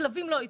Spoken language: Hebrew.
כלבים לא הייתי,